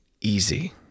easy